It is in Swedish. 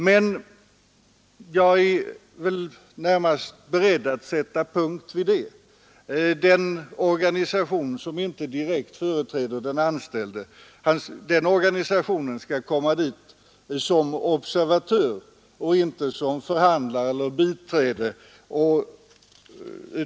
Men jag är närmast beredd att sätta punkt vid det. Den organisation som inte direkt företräder den anställde skall komma som observatör och inte som förhandlare eller biträde.